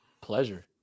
pleasure